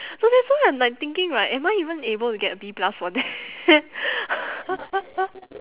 so that's why I'm like thinking right am I even able to get B plus for that